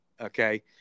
Okay